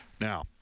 Now